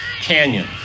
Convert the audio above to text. canyon